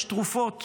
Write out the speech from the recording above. יש תרופות